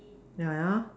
ya ya